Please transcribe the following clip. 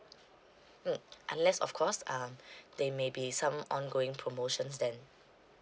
mm unless of course um there maybe some ongoing promotions then